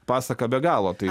pasaka be galo tai